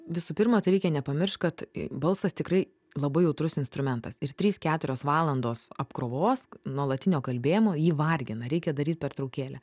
visų pirma tai reikia nepamiršt kad balsas tikrai labai jautrus instrumentas ir trys keturios valandos apkrovos nuolatinio kalbėjimo jį vargina reikia daryt pertraukėlę